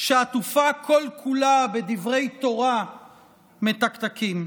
שעטופה כל-כולה בדברי תורה מתקתקים.